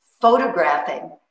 photographing